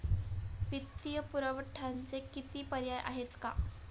वित्तीय पुरवठ्याचे किती पर्याय आहेत का?